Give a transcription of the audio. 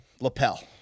lapel